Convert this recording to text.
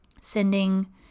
sending